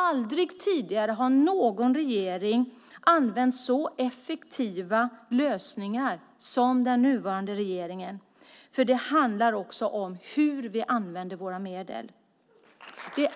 Aldrig tidigare har någon regering använt så effektiva lösningar som den nuvarande regeringen, för det handlar också om hur vi använder våra medel. Det